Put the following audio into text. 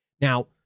Now